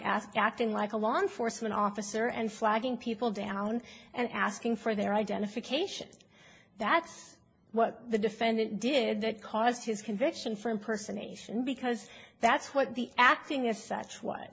acting like a law enforcement officer and flagging people down and asking for their identification that's what the defendant did that caused his conviction for impersonation because that's what the acting as such